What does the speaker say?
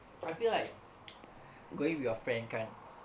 I feel like going with your friend kan